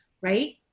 right